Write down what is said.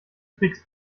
tricks